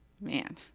Man